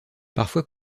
parfois